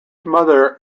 mother